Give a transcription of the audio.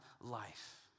life